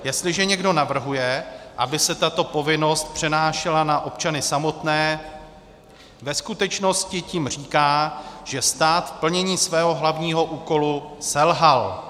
Jestliže někdo navrhuje, aby se tato povinnost přenášela na občany samotné, ve skutečnosti tím říká, že stát v plnění svého hlavního úkolu selhal.